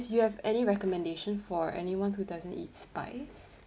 you have any recommendation for anyone who doesn't eat spice